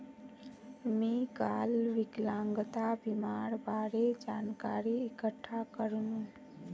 मी काल विकलांगता बीमार बारे जानकारी इकठ्ठा करनु